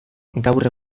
gaur